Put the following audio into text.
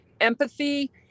empathy